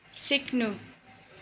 सिक्नु